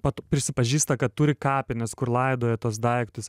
pat prisipažįsta kad turi kapines kur laidoja tuos daiktus